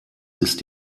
ist